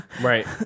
right